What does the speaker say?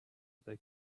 they